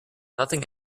nothing